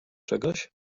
czegoś